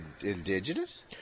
indigenous